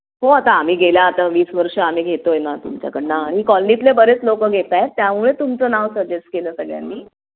हो आता आम्ही गेल्या आता वीस वर्ष आम्ही घेतो आहे ना तुमच्याकडनं आणि कॉलनीतले बरेच लोकं घेत आहेत त्यामुळे तुमचं नाव सजेस् केलं सगळ्यांनी